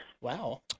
Wow